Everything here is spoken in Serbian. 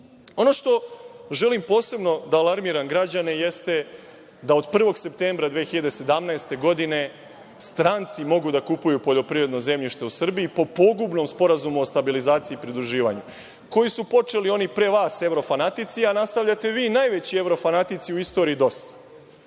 što želim posebno da alarmiram građane, jeste, da od 01. septembra 2017. godine stranci mogu da kupuju poljoprivedno zemljište u Srbiji, po, pogubnom, Sporazumu o stabilizaciji i pridruživanju, koji su počeli oni pre vas, evrofanatici, a nastavljate vi, najveći evrofanatici u istoriji DOS-a.